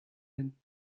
hent